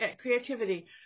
creativity